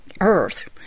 Earth